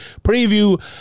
preview